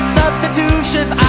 substitutions